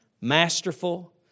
Masterful